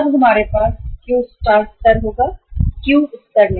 अब हमारे पास Q स्टार स्तर होगा Q स्तर नहीं